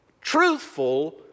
truthful